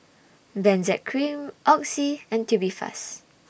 Benzac Cream Oxy and Tubifast